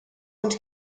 und